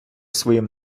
своїм